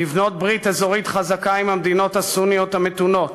לבנות ברית אזורית חזקה עם המדינות הסוניות המתונות,